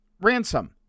ransom